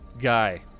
guy